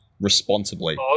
responsibly